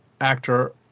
actor